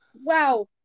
Wow